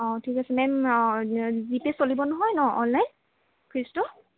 অঁ ঠিক আছে মেম অঁ জি পে চলিব নহয় ন অনলাইন ফীজটো